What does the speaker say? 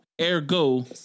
Ergo